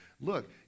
Look